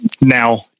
now